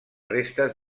restes